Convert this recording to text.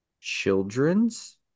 Children's